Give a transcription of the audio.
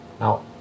Now